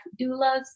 doulas